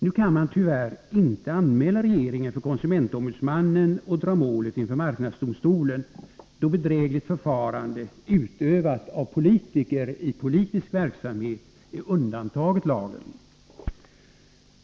Nu kan man tyvärr inte anmäla regeringen för konsumentombudsmannen och dra målet inför marknadsdomstolen, då bedrägligt förfarande utövat av politiker i politisk verksamhet är undantaget lagen.